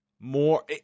More